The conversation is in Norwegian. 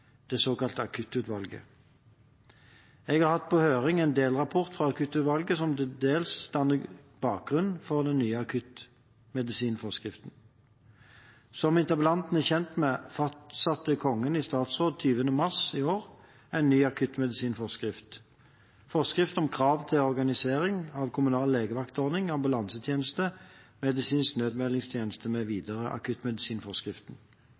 det såkalte Akuttutvalget. Jeg har hatt på høring en delrapport fra Akuttutvalget som dels danner bakgrunn for den nye akuttmedisinforskriften. Som interpellanten er kjent med, fastsatte Kongen i statsråd 20. mars i år en ny akuttmedisinforskrift – forskrift om krav til og organisering av kommunal legevaktordning, ambulansetjeneste, medisinsk nødmeldetjeneste mv., akuttmedisinforskriften.